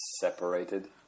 separated